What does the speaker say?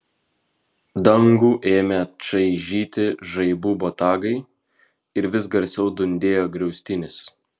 dangų ėmė čaižyti žaibų botagai ir vis garsiau dundėjo griaustinis